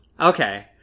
Okay